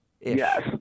Yes